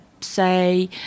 say